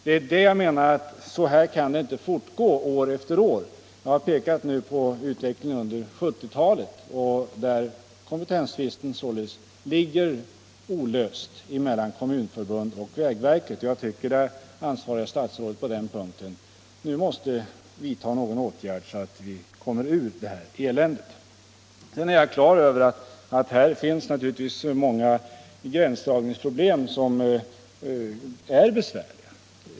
Det är det jag menar — så här kan det inte fortgå år efter år. Jag har pekat på utvecklingen under 1970-talet. Kompetenstvisten mellan Kommunförbundet och vägverket ligger olöst, och jag tycker att det ansvariga statsrådet måste vidta någon åtgärd på den punkten, så att vi kommer ur eländet. Jag är givetvis på det klara med att det här finns många gränsdragningsproblem som är besvärliga.